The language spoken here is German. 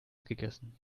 gegessen